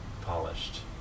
polished